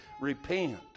repent